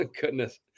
Goodness